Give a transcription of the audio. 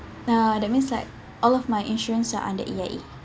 uh that means like all of my insurance are under A_I_A